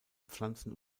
pflanzen